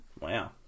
Wow